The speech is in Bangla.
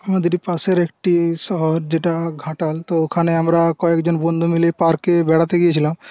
আমাদেরই পাশের একটি শহর যেটা ঘাটাল তো ওখানে আমরা কয়েকজন বন্ধু মিলে পার্কে বেড়াতে গেছিলাম